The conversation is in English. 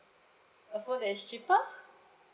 a phone that is cheaper